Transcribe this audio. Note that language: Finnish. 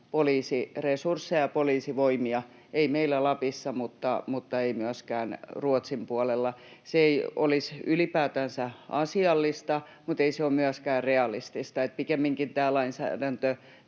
poliisiresursseja ja poliisivoimia, ei meillä Lapissa mutta ei myöskään Ruotsin puolella. Se ei olisi ylipäätänsä asiallista, mutta ei se ole myöskään realistista. Eli pikemminkin tämä lainsäädäntö